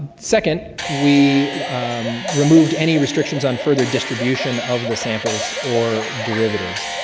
second, we removed any restrictions on further distribution of the samples or derivatives.